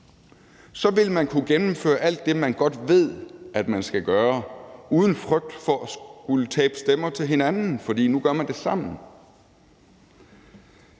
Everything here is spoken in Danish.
vil man kunne gennemføre alt det, man godt ved man skal gøre, uden frygt for at skulle tabe stemmer til hinanden, for nu gør man det sammen.